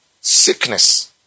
sickness